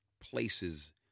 places